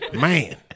Man